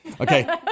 Okay